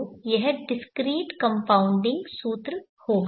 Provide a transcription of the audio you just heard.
तो यह discrete compounding सूत्र होगा